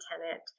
Tenant